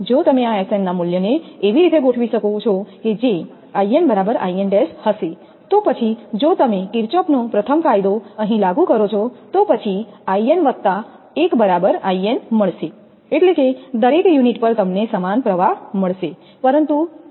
જો તમે આ 𝑆𝑛 ના મૂલ્યને એવી રીતે ગોઠવી શકો છો કે જે 𝐼𝑛 બરાબર 𝐼𝑛′ હશે તો પછી જો તમે કિર્ફોફનો પ્રથમ કાયદો Kirchhoff's first law અહીં લાગુ કરો છો તો પછી તે 𝐼𝑛 1 બરાબર 𝐼𝑛 મળશે એટલે કે દરેક યુનિટ પર તમને સમાન પ્રવાહ મળશે પરંતુ જે શક્ય નથી